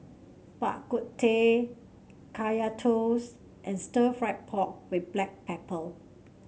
Bak Kut Teh Kaya Toast and Stir Fried Pork with Black Pepper